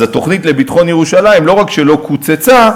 אז התוכנית לביטחון ירושלים לא רק שלא קוצצה,